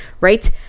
Right